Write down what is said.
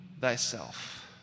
thyself